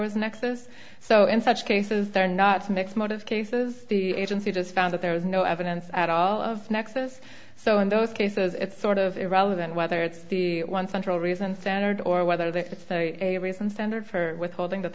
nexus so in such cases they're not to mix motive cases the agency just found that there was no evidence at all of nexus so in those cases it's sort of irrelevant whether it's one central reason standard or whether they're a reason standard for withholding that